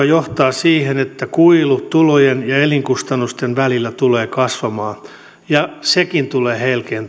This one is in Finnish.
johtaa siihen että kuilu tulojen ja elinkustannusten välillä tulee kasvamaan ja sekin tulee